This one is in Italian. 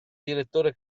direttore